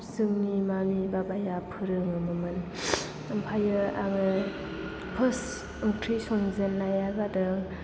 जोंनि मामि बाबाया फोरोङोबोमोन ओमफ्राय आङो फोर्स्ट ओंख्रि संजेननाया जादों